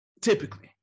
typically